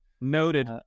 noted